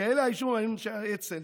כאלה היו אנשי האצ"ל,